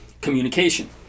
communication